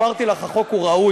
אמרתי לך, החוק הוא ראוי.